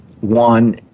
one